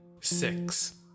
six